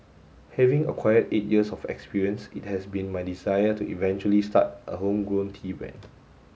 having acquired eight years of experience it has been my desire to eventually start a homegrown tea brand